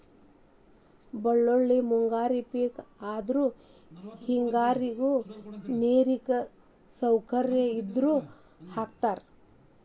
ಬಳ್ಳೋಳ್ಳಿ ಮುಂಗಾರಿ ಪಿಕ್ ಆದ್ರು ಹೆಂಗಾರಿಗು ನೇರಿನ ಸೌಕರ್ಯ ಇದ್ದಾವ್ರು ಹಾಕತಾರ